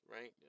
right